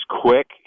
quick